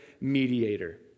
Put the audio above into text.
mediator